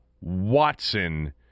Watson